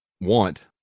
want